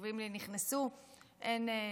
שאני אבדוק אם הנושאים שחשובים לי נכנסו?